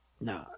No